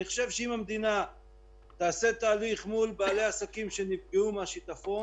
אני חושב שאם המדינה תעשה תהליך מול בעלי עסקים שנפגעו מהשיטפון,